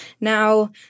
Now